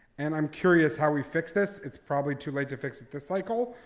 and i'm curious how we fix this. it's probably too late to fix it this cycle,